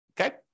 okay